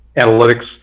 analytics